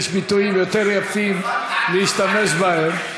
יש ביטויים יותר יפים להשתמש בהם.